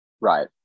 Right